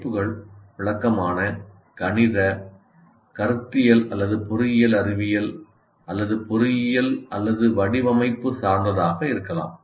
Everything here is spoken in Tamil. படிப்புகள் விளக்கமான கணித கருத்தியல் அல்லது பொறியியல் அறிவியல் அல்லது பொறியியல் அல்லது வடிவமைப்பு சார்ந்ததாக இருக்கலாம்